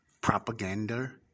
propaganda